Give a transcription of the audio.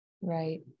Right